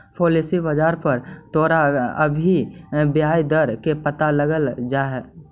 policy बाजार पर तोरा अभी के ब्याज दर के पता लग जाइतो